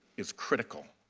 is critical.